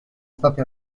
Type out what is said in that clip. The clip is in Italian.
stati